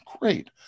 Great